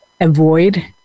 avoid